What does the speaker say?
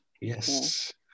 Yes